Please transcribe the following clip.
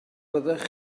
fyddech